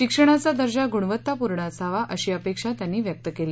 शिक्षणाचा दर्जा गुणवत्तापूर्ण असावा अशी अपेक्षा त्यांनी व्यक्त केली